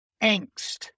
angst